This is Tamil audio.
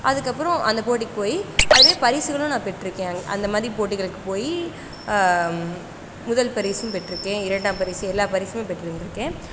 அதுக்கப்பறம் அந்த போட்டிக்கு போய் அதிலே பரிசுகளும் நான் பெற்றுருக்கேன் அங்கே அந்தமாரி போட்டிகளுக்கு போய் முதல் பரிசும் பெற்றுருக்கேன் இரண்டாம் பரிசு எல்லா பரிசுமே பெற்றிருந்திருக்கேன்